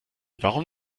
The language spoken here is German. warum